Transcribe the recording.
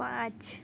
પાંચ